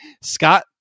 Scott